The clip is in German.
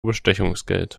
bestechungsgeld